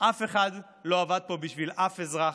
אף אחד לא עבד פה בשביל אף אזרח.